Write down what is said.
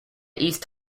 east